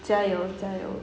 加油加油